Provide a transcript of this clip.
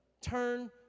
turn